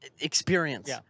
experience